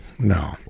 No